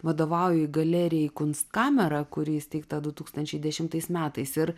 vadovauji galerijai kunstkamera kuri įsteigta du tūkstančiai dešimtais metais ir